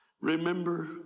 Remember